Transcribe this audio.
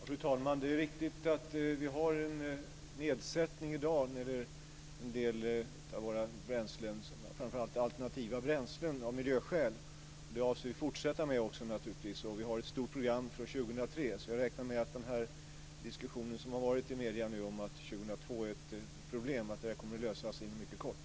Fru talman! Det är riktigt att vi har en nedsättning i dag för en del bränslen, framför allt alternativa bränslen, av miljöskäl. Det avser vi naturligtvis också fortsätta med. Vi har ett stort program från 2003. Det har varit en diskussion i medierna om att år 2002 innebär ett problem, men jag räknar med att detta kommer att lösas inom kort.